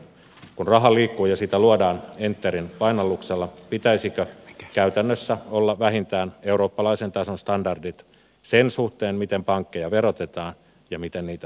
kun raha liikkuu ja sitä luodaan enterin painalluksella pitäisikö käytännössä olla vähintään eurooppalaisen tason standardit sen suhteen miten pankkeja verotetaan ja miten niitä säännellään